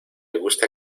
gusta